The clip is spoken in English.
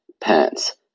pants